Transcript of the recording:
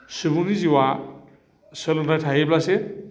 सुबुंनि जिउआ सोलोंथाइ थायोब्लासो